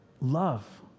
Love